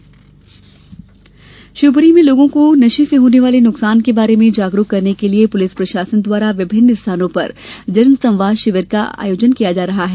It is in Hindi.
जागरूकता शिविर शिवपुरी में लोगों को नशे से होने वाले नुकसान के बारे में जागरूक करने के लिये पुलिस प्रशासन द्वारा विभिन्न स्थानों पर जनसंवाद शिविर आयोजित किये जा रहे है